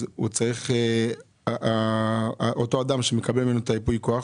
אותו אדם שמקבל ממנו את ייפוי הכוח,